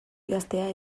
idaztea